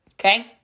okay